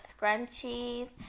scrunchies